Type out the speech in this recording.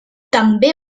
també